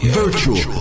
virtual